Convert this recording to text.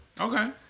okay